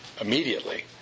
immediately